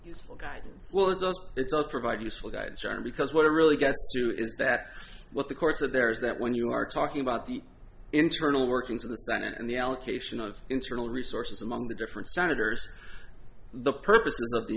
useful guidance it's all provide useful guide cerner because what it really gets to is that what the courts of there is that when you are talking about the internal workings of the senate and the allocation of internal resources among the different senators the purpose of the